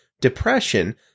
depression